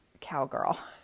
cowgirl